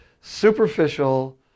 superficial